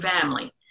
family